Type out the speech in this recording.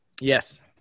yes